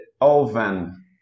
oven